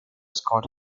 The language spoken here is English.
scott